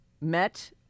met